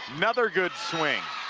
another good swing